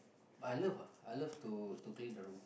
I love ah I love to to clean the room